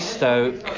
Stoke